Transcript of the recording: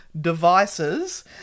devices